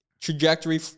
trajectory